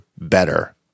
better